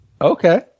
Okay